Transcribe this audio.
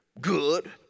Good